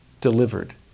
delivered